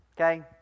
okay